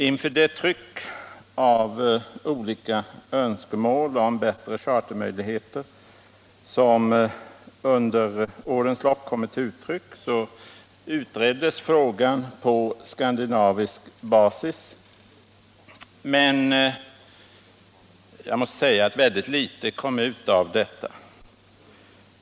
På grund av de olika önskemål om bättre chartermöjligheter som under årens lopp kommit till uttryck utreddes frågan på skandinavisk basis, men jag måste säga att mycket litet kommit ut av detta.